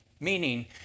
meaning